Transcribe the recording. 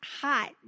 hot